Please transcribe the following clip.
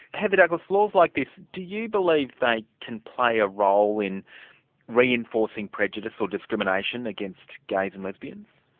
heather douglas, laws like these, do you believe they can play a role in reinforcing prejudice or discrimination against gays and lesbians?